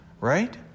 right